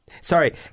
sorry